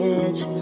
edge